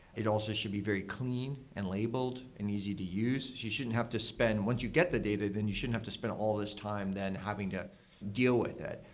it also should be very clean, and labeled, and easy to use. you shouldn't have to spend once you get the data, then you shouldn't have to spend all these time then having to deal with it.